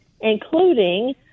including